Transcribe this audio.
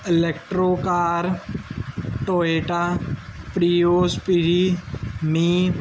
electro car Toyota Prius P G me